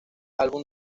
álbum